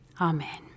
Amen